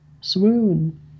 Swoon